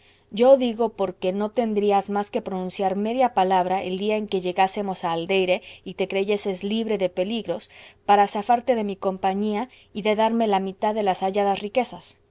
lo digo porque no tendrías más que pronunciar media palabra el día que llegásemos a aldeire y te creyeses libre de peligros para zafarte de mi compañía y de darme la mitad de las halladas riquezas